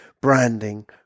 branding